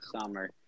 summer